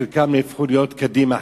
חלקם הפכו להיות קדימה,